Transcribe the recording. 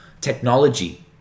Technology